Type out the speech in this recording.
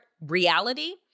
reality